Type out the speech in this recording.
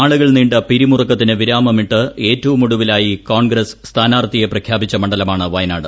നാളുകൾ നീണ്ട പിരിമുറുക്കത്തിന് വിരമാമിട്ട് ഏറ്റവും ഒടുവിലായി കോൺഗ്രസ് സ്ഥാനാർത്ഥിയെ പ്രഖ്യാപിച്ച മണ്ഡലമാണ് വയനാട്